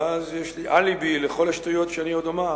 ואז יש לי אליבי לכל השטויות שאני עוד אומר.